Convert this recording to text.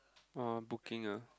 oh booking ah